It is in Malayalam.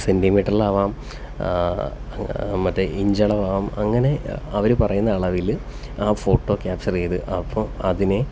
സെന്റീമീറ്ററിലാവാം മറ്റേ ഇഞ്ച് അളവ് ആകാം അങ്ങനെ അവർ പറയുന്ന അളവിൽ ആ ഫോട്ടോ ക്യാപ്ചര് ചെയ്ത് അപ്പോൾ അതിനെ